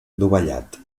dovellat